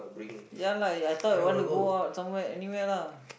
ya lah I thought you want to go out somewhere anywhere lah